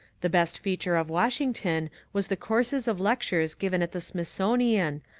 the best feature of washington was the courses of lectures given at the smithsonian,